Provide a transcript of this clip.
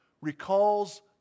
recalls